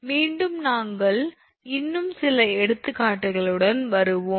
மீண்டும் நாங்கள் இன்னும் சில எடுத்துக்காட்டுகளுடன் வருவோம்